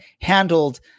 handled